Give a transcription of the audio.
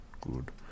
good